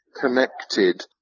connected